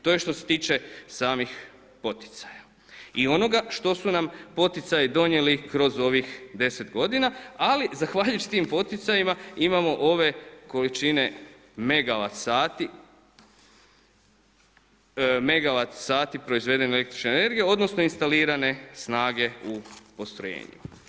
To je što se tiče samih poticaja i onoga što su nam poticaji donijeli kroz ovih 10 godina, ali zahvaljujući tim poticajima imamo ove količine megawat sati proizvedene električne energije, odnosno instalirane snage u postrojenju.